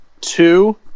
two